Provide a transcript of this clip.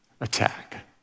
attack